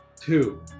two